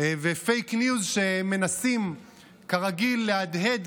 והפייק ניוז שמנסים כרגיל להדהד,